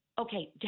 okay